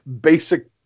basic